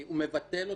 הוא מבטל אותן.